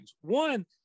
One